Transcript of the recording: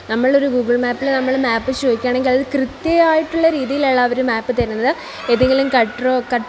നമ്മൾ ഒരു ഗൂഗിൾ മാപ്പിൽ നമ്മൾ മാപ്പ് ചോദിക്കയാണെങ്കിൽ അത് കൃത്യമായിട്ടുള്ള രീതിയിലള്ള അവർ മാപ്പ് തരുന്നത് ഏതെങ്കിലും ഗട്ടറോ